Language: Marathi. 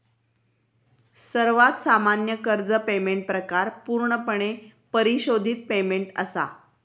सर्वात सामान्य कर्ज पेमेंट प्रकार पूर्णपणे परिशोधित पेमेंट असा